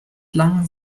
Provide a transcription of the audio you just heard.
lang